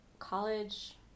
college